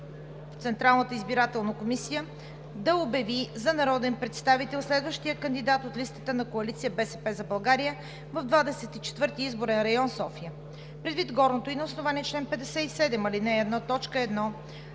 в Централната избирателна комисия да обяви за народен представител следващия кандидат от листата на Коалиция „БСП за България“ в Двадесет и четвърти изборен район – София. Предвид горното: „На основание чл. 57, ал. 1,